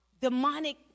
demonic